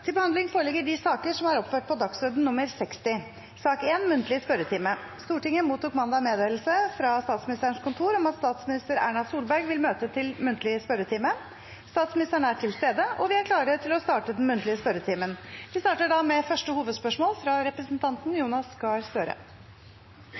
Stortinget mottok mandag meddelelse fra Statsministerens kontor om at statsminister Erna Solberg vil møte til muntlig spørretime. Statsministeren er til stede, og vi er klar til å starte den muntlige spørretimen. Vi starter da med første hovedspørsmål, fra representanten